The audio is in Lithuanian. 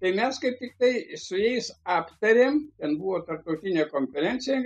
tai mes kaip tik tai su jais aptarėm ten buvo tarptautinė konferencija